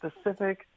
specific